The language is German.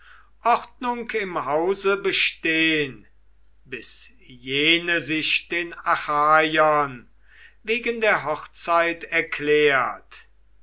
ordnung im hause bestehen bis jene sich den achaiern wegen der hochzeit erklärt